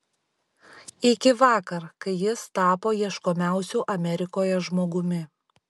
iki vakar kai jis tapo ieškomiausiu amerikoje žmogumi